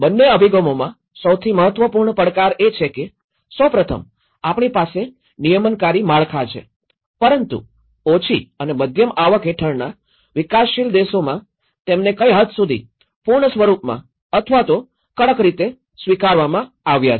બંને અભિગમોમાં સૌથી મહત્વપૂર્ણ પડકાર એ છે કે સૌ પ્રથમ આપણી પાસે નિયમનકારી માળખા છે પરંતુ ઓછી અને મધ્યમ આવક હેઠળના વિકાસશીલ દેશોમાં તેમને કઈ હદ સુધી પૂર્ણ સ્વરૂપમાં અથવા તો કડક રીતે સ્વીકારવામાં આવ્યા છે